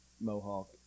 mohawk